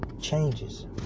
changes